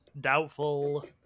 doubtful